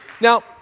Now